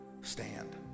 Stand